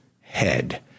head